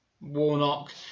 Warnock